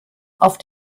auf